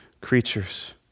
creatures